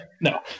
No